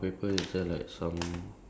uh not too sure eh